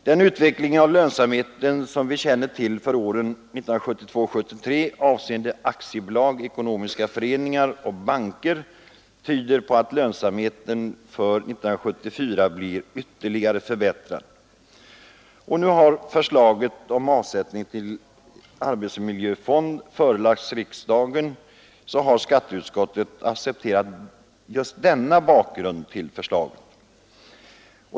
Den utveckling av lönsamheten som vi känner till för åren 1972 och 1973 avseende aktiebolag, ekonomiska föreningar och banker tyder på att lönsamheten för 1974 blir ytterligare förbättrad. När nu förslaget om avsättning till arbetsmiljöfond förelagts riksdagen, har skatteutskottet accepterat denna bakgrund till förslaget.